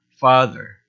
Father